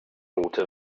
note